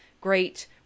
great